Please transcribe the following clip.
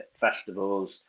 festivals